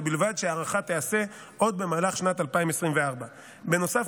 ובלבד שההארכה תיעשה עוד במהלך שנת 2024. בנוסף,